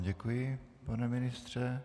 Děkuji vám, pane ministře.